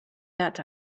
that